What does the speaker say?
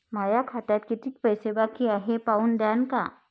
माया खात्यात कितीक पैसे बाकी हाय हे पाहून द्यान का?